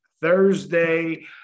Thursday